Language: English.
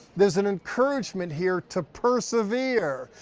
there's an encouragement here to persevere.